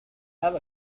have